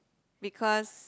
because